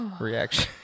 reaction